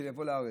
שיבואו לארץ.